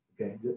Okay